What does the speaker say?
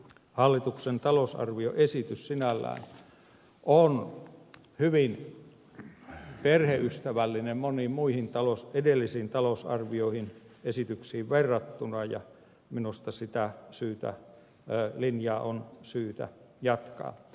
hallituksen talousarvioesitys sinällään on hyvin perheystävällinen moniin edellisiin talousarvioesityksiin verrattuna ja minusta sitä linjaa on syytä jatkaa